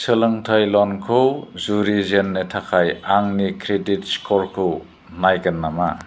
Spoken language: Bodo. सोलोंथाइ ल'नखौ जुरिजेननो थाखाय आंनि क्रेडिट स्क'रखौ नायगोन नामा